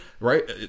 right